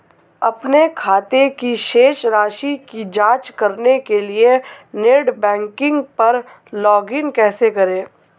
अपने खाते की शेष राशि की जांच करने के लिए नेट बैंकिंग पर लॉगइन कैसे करें?